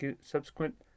subsequent